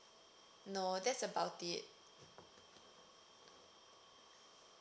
no that's about it